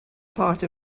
part